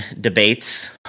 debates